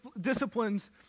disciplines